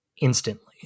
instantly